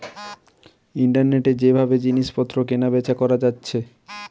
ইন্টারনেটে যে ভাবে জিনিস পত্র কেনা বেচা কোরা যাচ্ছে